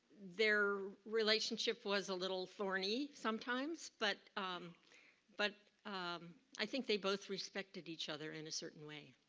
their relationship was a little thorny sometimes, but um but um i think they both respected each other in a certain way.